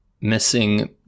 missing